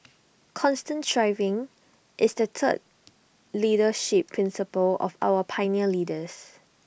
constant striving is the third leadership principle of our pioneer leaders